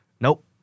Nope